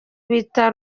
bita